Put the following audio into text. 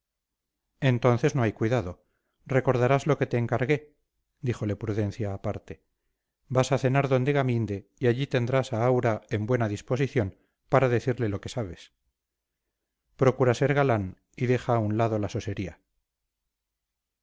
entonces no hay cuidado recordarás lo que te encargué díjole prudencia aparte vas a cenar donde gaminde y allí tendrás a aura en buena disposición para decirle lo que sabes procura ser galán y deja a un lado la sosería